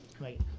right